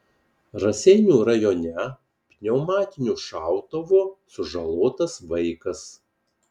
raseinių rajone pneumatiniu šautuvu sužalotas vaikas